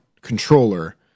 controller